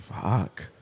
Fuck